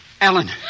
Ellen